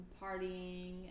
partying